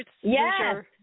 Yes